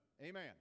Amen